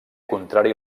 contrari